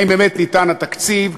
אם באמת ניתן התקציב,